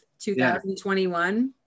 2021